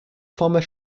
former